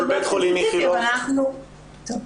באופן ספציפי אבל אנחנו --- לא עשיתם.